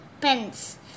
pens